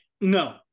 no